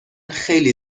خیلی